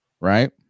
right